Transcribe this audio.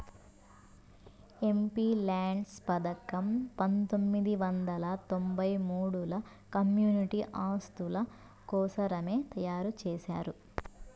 MPLADS పథకం పంతొమ్మిది వందల తొంబై మూడుల కమ్యూనిటీ ఆస్తుల కోసరమే తయారు చేశారు